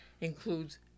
includes